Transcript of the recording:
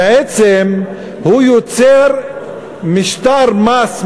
בעצם הוא יוצר משטר מס,